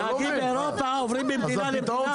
נהגים באירופה עוברים ממדינה למדינה.